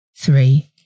Three